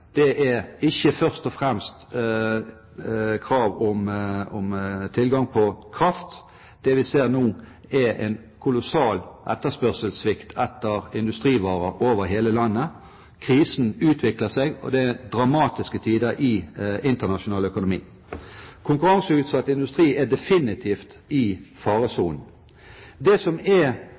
industrien, er ikke først og fremst krav om tilgang på kraft. Det vi ser, er en kolossal etterspørselssvikt etter industrivarer over hele landet. Krisen utvikler seg, og det er dramatiske tider i internasjonal økonomi. Konkurranseutsatt industri er definitivt i faresonen. Det som er